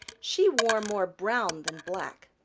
she wore more brown than black,